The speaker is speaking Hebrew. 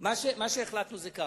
מה שהחלטנו זה ככה: